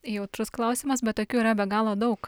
jautrus klausimas bet tokių yra be galo daug